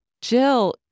Jill